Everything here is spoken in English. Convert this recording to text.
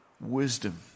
wisdom